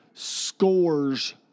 scores